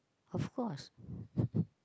of course